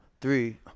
three